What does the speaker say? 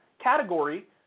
category